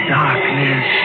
darkness